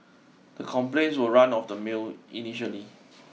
the complaints were run of the mill initially